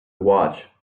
watch